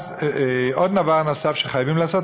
דבר נוסף שחייבים לעשות,